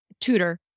tutor